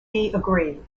agree